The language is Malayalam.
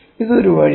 ഇത് ഒരു വഴിയാണ്